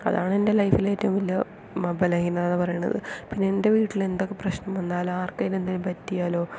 അതാണ് എൻ്റെ ലൈഫിലെ ഏറ്റവും വലിയ ബലഹീനത എന്ന് പറയുന്നത് എൻ്റെ വീട്ടിൽ എന്തൊക്കെ പ്രശ്നം വന്നാലും ആർക്കെങ്കിലും എന്തേലും പറ്റിയാലോ